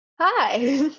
Hi